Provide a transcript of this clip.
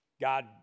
God